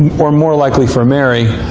or more likely, for mary.